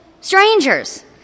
strangers